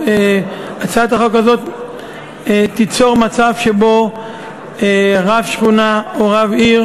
הצעת החוק הזאת תיצור מצב שבו רב שכונה או רב עיר